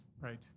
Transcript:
Right